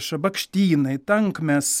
šabakštynai tankmės